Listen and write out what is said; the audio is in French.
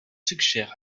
suggère